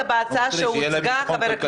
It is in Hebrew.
ואנשים יהיה להם אופק כלכלי לפחות.